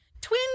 Twin